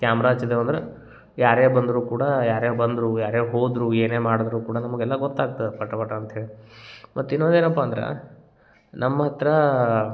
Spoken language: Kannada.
ಕ್ಯಾಮ್ರ ಹಚ್ಚಿದೇವ ಅಂದ್ರ ಯಾರೇ ಬಂದರೂ ಕೂಡ ಯಾರೇ ಬಂದರೂ ಯಾರೆ ಹೋದರು ಏನೇ ಮಾಡಿದರೂ ಕೂಡ ನಮಗೆಲ್ಲ ಗೊತ್ತಾಗ್ತದ ಪಟ ಪಟ ಅಂತ್ಹೇಳಿ ಮತ್ತೆ ಇನ್ನೊಂದು ಏನಪ್ಪ ಅಂದ್ರ ನಮ್ಮ ಹತ್ತಿರ